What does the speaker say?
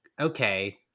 okay